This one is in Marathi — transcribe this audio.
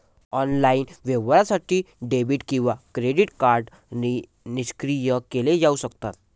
ऑनलाइन व्यवहारासाठी डेबिट किंवा क्रेडिट कार्ड निष्क्रिय केले जाऊ शकतात